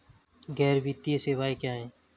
गैर वित्तीय सेवाएं क्या हैं?